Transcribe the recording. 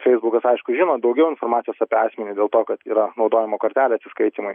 feisbukas aišku žino daugiau informacijos apie asmenį dėl to kad yra naudojama kortelė atsiskaitymui